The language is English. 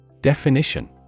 definition